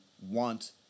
want